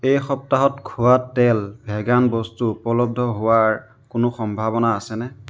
এই সপ্তাহত খোৱা তেল ভেগান বস্তু উপলব্ধ হোৱাৰ কোনো সম্ভাৱনা আছেনে